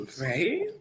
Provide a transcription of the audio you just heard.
Right